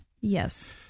Yes